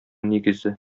нигезе